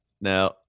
now